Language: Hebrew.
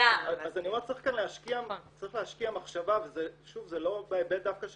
צריך להשקיע מחשבה וזה לאו דווקא בהיבט של